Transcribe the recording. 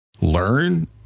learn